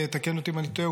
תקן אותי אם אני טועה,